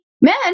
men